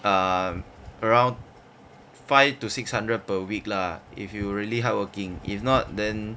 err around five to six hundred per week lah if you really hardworking if not then